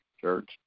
Church